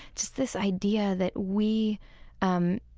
just this idea that we um